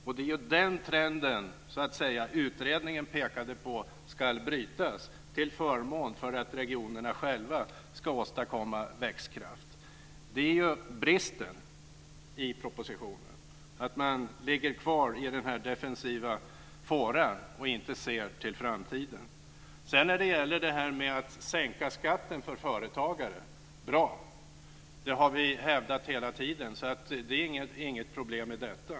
Det var den trenden utredningen pekade på och sade att den skulle brytas, till förmån för att regionerna själva ska åstadkomma växtkraft. Det är bristen i propositionen: att man ligger kvar i den defensiva fåran och inte ser till framtiden. Sedan handlade det om att sänka skatten för företagare - bra! Det har vi hävdat hela tiden, så det är inget problem med detta.